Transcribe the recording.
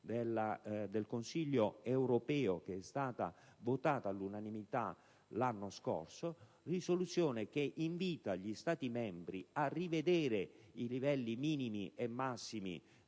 del Consiglio europeo, votata all'unanimità l'anno scorso. Tale risoluzione invitava gli Stati membri a rivedere i livelli minimi e massimi